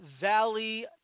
Valley